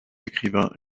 écrivain